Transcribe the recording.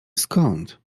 skąd